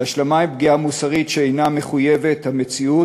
"והשלמה עם פגיעה מוסרית שאינה מחויבת המציאות,